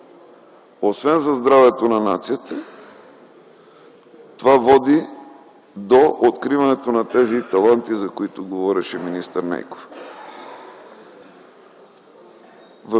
освен за здравето на нацията, това води до откриването на тези таланти, за които говореше министър Нейков.